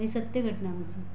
ही सत्य घटना आमची